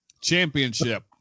championship